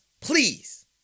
Please